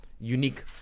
unique